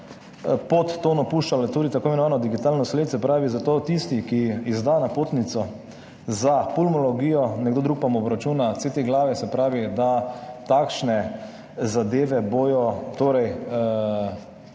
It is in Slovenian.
podtonu puščala tudi tako imenovano digitalno sled, se pravi, zato tisti, ki izda napotnico za pulmologijo, nekdo drug pa mu obračuna CT glave, se pravi, da takšne zadeve bodo torej